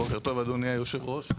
בוקר טוב אדוני יושב הראש.